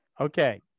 Okay